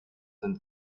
und